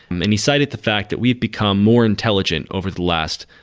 and he cited the fact that we've become more intelligent over the last,